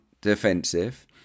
defensive